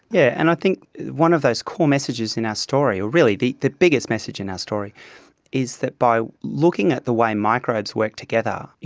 yeah and i think one of those core messages in our story or really the the biggest message in our story is that by looking at the way microbes work together,